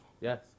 Yes